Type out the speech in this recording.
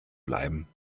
bleiben